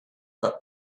but